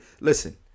Listen